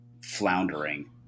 floundering